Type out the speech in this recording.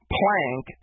plank